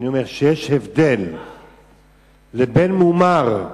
לבין מומר.